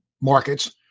markets